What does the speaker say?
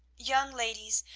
young ladies,